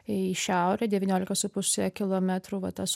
į šiaurę devyniolika su puse kilometrų va tas